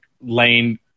lane